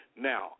Now